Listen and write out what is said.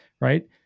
right